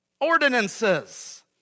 ordinances